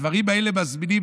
הדברים האלה מזמינים.